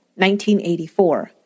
1984